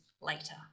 later